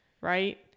right